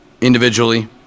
individually